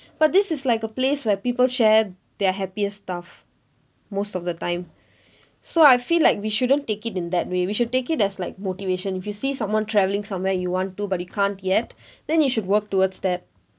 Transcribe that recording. but this is like a place where people share their happiest stuff most of the time so I feel like we shouldn't take it in that way we should take it as like motivation if you see someone travelling somewhere you want to but you can't yet then you should work towards that